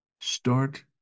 start